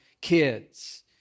kids